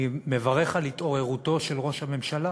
אני מברך על התעוררותו של ראש הממשלה,